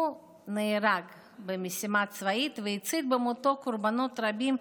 הוא נהרג במשימה צבאית והציל במותו קורבנות רבים,